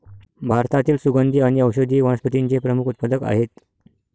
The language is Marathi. भारतातील सुगंधी आणि औषधी वनस्पतींचे प्रमुख उत्पादक आहेत